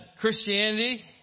Christianity